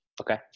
Okay